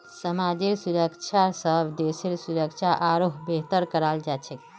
समाजेर सुरक्षा स देशेर सुरक्षा आरोह बेहतर कराल जा छेक